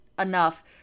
enough